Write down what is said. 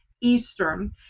Eastern